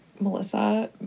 Melissa